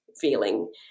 feeling